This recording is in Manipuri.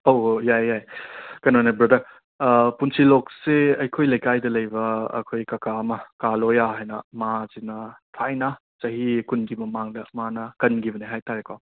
ꯑꯣ ꯌꯥꯏ ꯌꯥꯏ ꯀꯩꯅꯣꯅꯦ ꯕ꯭ꯔꯗꯔ ꯑ ꯄꯨꯟꯁꯤꯂꯣꯛꯁꯦ ꯑꯩꯈꯣꯏ ꯂꯩꯀꯥꯏꯗ ꯂꯩꯕ ꯑꯩꯈꯣꯏ ꯀꯀꯥ ꯑꯃ ꯀꯥ ꯂꯣꯌꯥ ꯍꯥꯏꯅ ꯃꯥꯁꯤꯅ ꯊꯥꯏꯅ ꯆꯍꯤ ꯀꯨꯟꯒꯤ ꯃꯃꯥꯡꯗ ꯃꯥꯅ ꯀꯟꯒꯤꯕꯅꯦ ꯍꯥꯏꯇꯥꯔꯦꯀꯣ